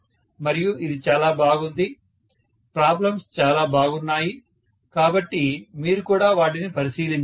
మరియు ఇది చాలా బాగుంది ప్రాబ్లమ్స్ చాలా బాగున్నాయి కాబట్టి మీరు కూడా వాటిని పరిశీలించండి